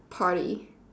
party